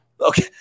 Okay